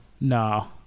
No